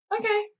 Okay